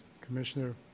Commissioner